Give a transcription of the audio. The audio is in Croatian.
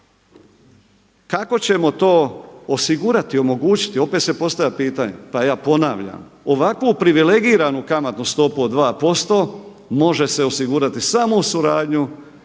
Kako ćemo to osigurati, omogućiti opet se postavlja pitanje? Pa ja ponavljam, ovakvu privilegiranu kamatnu stopu od 2% može se osigurati samo uz suradnju